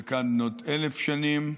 חלקן בנות אלף שנים,